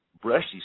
brushy